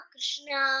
Krishna